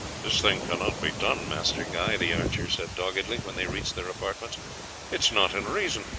this thing cannot be done, master guy, the archer said doggedly when they reached their apartments it is not in reason.